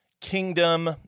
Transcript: Kingdom